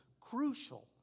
crucial